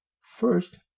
first